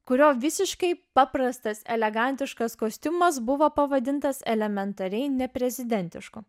kurio visiškai paprastas elegantiškas kostiumas buvo pavadintas elementariai ne prezidentišku